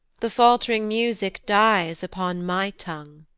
the fault'ring music dies upon my tongue.